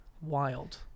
wild